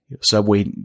Subway